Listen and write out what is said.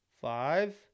five